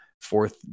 fourth